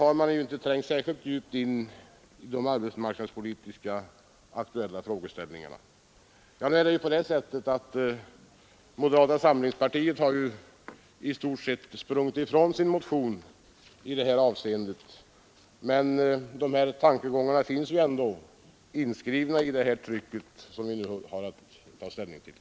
Tror man det, har man inte trängt särskilt djupt in i de aktuella arbetsmarknadspolitiska frågeställningarna. Moderata samlingspartiet har ju nu i stort sett frångått sin motion i det berörda avseendet, men dessa tankegångar är ändå återgivna i det tryck som vi nu har att ta ställning till.